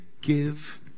give